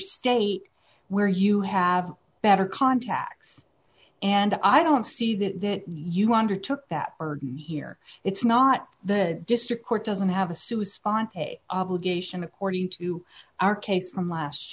state where you have better contacts and i don't see that you wander took that burden here it's not the district court doesn't have a sou sponte obligation according to our case from last